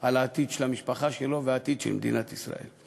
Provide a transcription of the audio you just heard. על העתיד של המשפחה שלו ועל העתיד של מדינת ישראל.